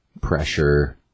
pressure